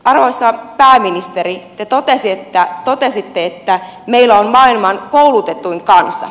arvoisa pääministeri te totesitte että meillä on maailman koulutetuin kansa